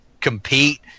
compete